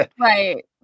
right